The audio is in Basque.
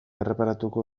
erreparatuko